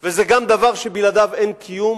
וזה גם דבר שבלעדיו אין קיום